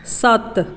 ਸੱਤ